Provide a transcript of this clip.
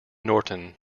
norton